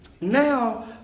now